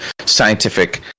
scientific